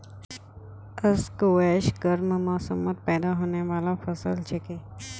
squash गर्म मौसमत पैदा होने बाला फसल छिके